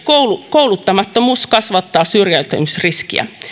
kouluttamattomuus kasvattaa syrjäytymisriskiä